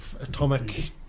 Atomic